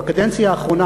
בקדנציה האחרונה,